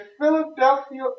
Philadelphia